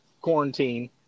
quarantine